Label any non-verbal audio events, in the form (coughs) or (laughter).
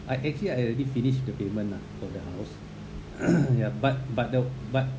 I actually I already finish the payment lah for the house (coughs) ya but but the but